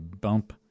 bump